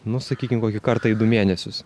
nu sakykim kokį kartą į du mėnesius